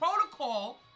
protocol